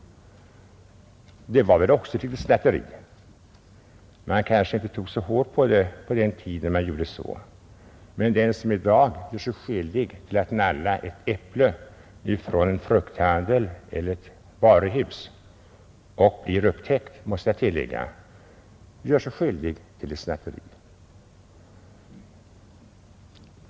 Det är också snatteri. Man kanske inte tog så hårt på det då man gjorde det, men den som i dag ”nallar” ett äpple från en frukthandel eller ett varuhus och blir upptäckt gör sig skyldig till snatteri.